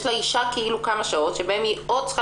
יש לאישה כמה שעות בהן היא או צריכה